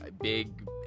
big